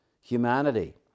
humanity